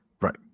Right